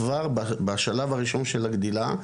כבר בשלב הראשון של הגדילה,